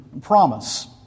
promise